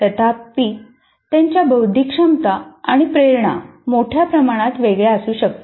तथापि त्यांच्या बौद्धिक क्षमता आणि प्रेरणा मोठ्या प्रमाणात वेगळ्या असू शकतात